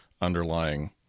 underlying